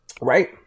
Right